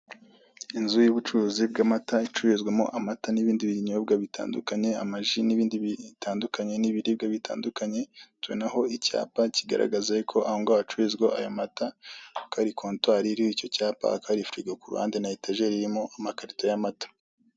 Inzu y'ubucuruzi bw'amata icururizwamo amata n'ibindi binyobwa bitandukanye, amaji n'ibindi bitandukanye n'ibiribwa bitandukanye, tubonaho icyapa kigaragaza yuko aho ngaho hacururizwa aya amata, hakaba hari kontwari iriho icyo cyapa, hakaba hari firigo ku ruhande na etajeri irimo amakarito y'amata.